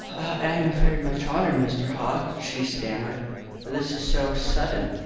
i am very much honoured, mr. haw, she stammered, but this is so sudden.